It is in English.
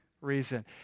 reason